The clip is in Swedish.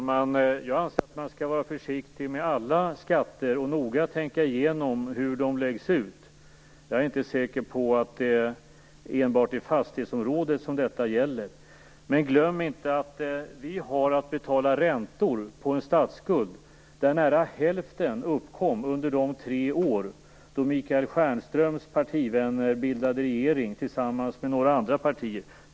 Herr talman! Jag anser att man skall vara försiktig med alla skatter och noga tänka igenom hur de läggs ut. Jag är inte säker på att detta enbart gäller fastighetsområdet. Men glöm inte att vi i Sverige har att betala räntor på en statsskuld av vilken nära hälften uppkom under de tre år då Michael Stjernströms partivänner bildade regering tillsammans med några andra partier.